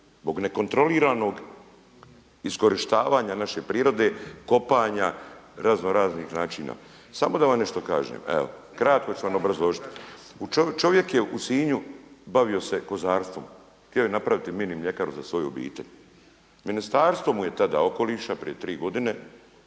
Zbog nekontroliranog iskorištavanja naše prirode, kopanja, razno raznih načina. Samo da vam nešto kažem, evo, kratko ću vam obrazložiti. Čovjek je u Sinju bavio se kozarstvom, htio je napraviti mini mljekaru za svoju obitelj. Ministarstvo mu je tada okoliša prije 3 godine